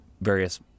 various